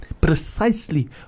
precisely